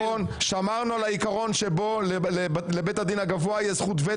אנחנו שמרנו על העיקרון שבו לבית הדין הגבוה יש זכות וטו.